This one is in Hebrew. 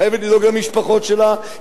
חייבת לדאוג למשפחות שלה,